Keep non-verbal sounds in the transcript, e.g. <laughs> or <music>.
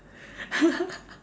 <laughs>